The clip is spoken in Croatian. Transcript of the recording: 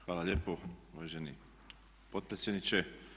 Hvala lijepo uvaženi potpredsjedniče.